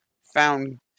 found